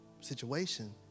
situation